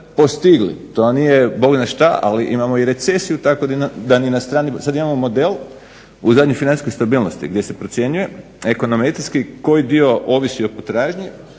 postigli, to nije Bog zna što, imamo recesiju. Sada imamo model u zadnjoj financijskoj stabilnosti gdje se procjenjuje ekonometrijski koji dio ovisi od potražnje